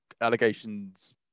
allegations